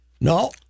No